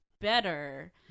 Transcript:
better